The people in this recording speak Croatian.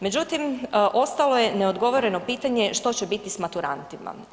Međutim ostalo je neodgovoreno pitanje što će biti s maturantima.